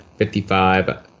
55